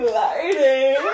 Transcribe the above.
lighting